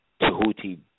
Tahuti